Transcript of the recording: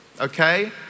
Okay